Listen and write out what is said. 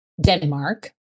denmark